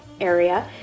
area